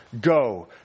go